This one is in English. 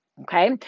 Okay